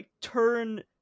turn